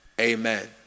amen